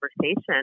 conversation